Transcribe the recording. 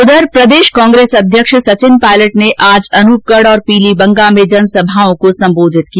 उधर प्रदेश कांग्रेस अध्यक्ष सचिन पायलट ने आज अनूपगढ पीलीबंगा में जनसभाओं को सम्बोधित किया